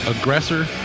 Aggressor